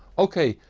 ok,